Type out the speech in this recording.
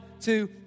two